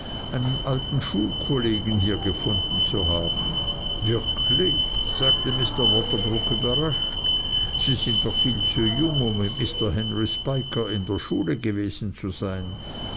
einen alten schulkollegen hier gefunden zu haben wirklich sagte mr waterbroock überrascht sie sind doch viel zu jung um mit mr henry spiker in der schule gewesen zu sein